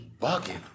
bugging